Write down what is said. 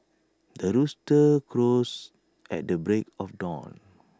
the rooster crows at the break of dawn